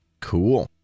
Cool